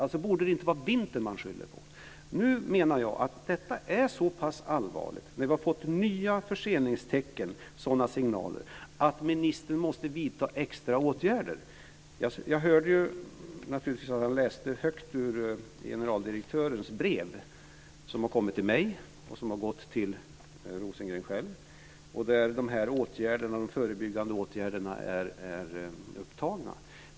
Alltså borde det inte vara vintern som man skyller på. Numera menar jag att detta är så pass allvarligt, när vi har fått nya signaler på förseningar, att ministern måste vidta extra åtgärder. Jag hörde hur ministern läste högt ur generaldirektörens brev som har kommit till mig och till Rosengren själv och där de förbyggande åtgärderna är upptagna.